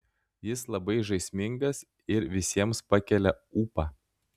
jis labai žaismingas ir visiems pakelia ūpą